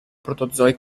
protozoi